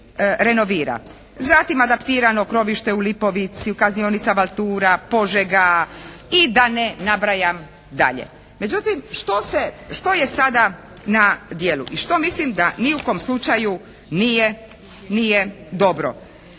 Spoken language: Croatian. renovira. Zatim adaptirano krovište u Lipovici, u kaznionicama Tura, Požega i da ne nabrajam dalje. Međutim što se, što je sada na djelu i što mislim da ni u kom slučaju nije,